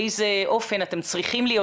באיזה אופן אתם צריכים להיות,